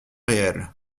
réel